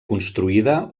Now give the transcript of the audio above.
construïda